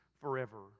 forever